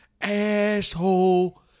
asshole